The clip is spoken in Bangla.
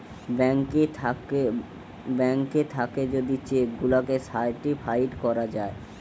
ব্যাঙ্ক থাকে যদি চেক গুলাকে সার্টিফাইড করা যায়